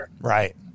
right